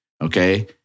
okay